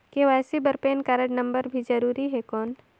KYC बर PAN card number भी जरूरी हे कौन?